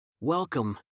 Welcome